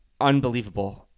unbelievable